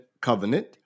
covenant